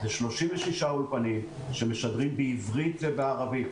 אלה 36 אולפנים שמשדרים בעברית ובערבית.